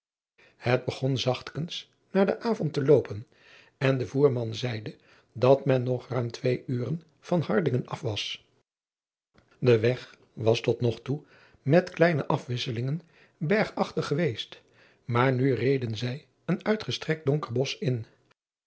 et begon zachtkens naar den avond te loopen en de voerman zeide dat men nog ruim twee uren van ardingen af was e weg was tot nog toe met kleine afwisselingen bergachtig geweest maar nu reden zij een uitgestrekt donker bosch in